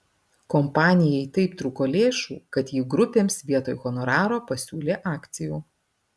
kompanijai taip trūko lėšų kad ji grupėms vietoj honoraro pasiūlė akcijų